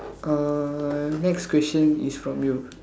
uh next question is from you